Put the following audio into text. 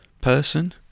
person